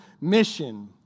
mission